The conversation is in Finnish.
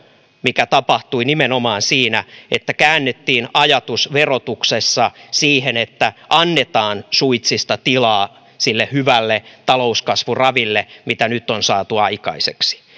mikä tapahtui nimenomaan siinä että käännettiin ajatus verotuksessa siihen että annetaan suitsista tilaa sille hyvälle talouskasvuraville mitä nyt on saatu aikaiseksi